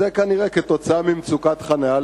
כנראה זו תוצאה ממצוקת חנייה,